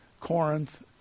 Corinth